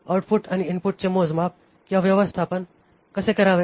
output आणि इनपुटचे मोजमाप किंवा व्यवस्थापन कसे करावे